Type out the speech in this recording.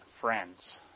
friends